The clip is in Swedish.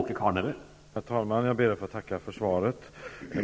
Herr talman! Jag ber att få tacka för svaret.